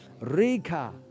Rika